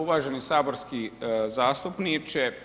Uvaženi saborski zastupniče.